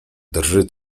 drży